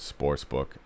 sportsbook